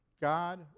God